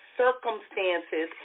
circumstances